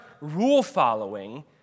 rule-following